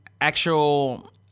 actual